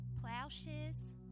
Plowshares